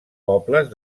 pobles